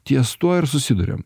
ties tuo ir susiduriam